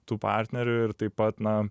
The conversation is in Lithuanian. tų partnerių ir taip pat na